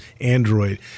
Android